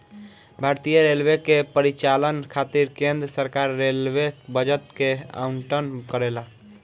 भारतीय रेलवे के परिचालन खातिर केंद्र सरकार रेलवे बजट के आवंटन करेला